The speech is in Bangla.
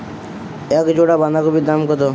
এক জোড়া বাঁধাকপির দাম কত?